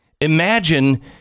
Imagine